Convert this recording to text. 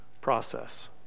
process